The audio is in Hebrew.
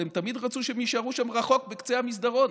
אבל הם תמיד רצו שהם יישארו שם רחוק בקצה המסדרון,